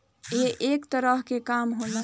ई एक तरह के काम होला